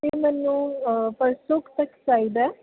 ਅਤੇ ਮੈਨੂੰ ਪਰਸੋਂ ਕੁ ਤੱਕ ਚਾਹੀਦਾ